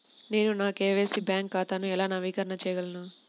నేను నా KYC bank ఖాతాను ఎలా నవీకరణ చేయగలను?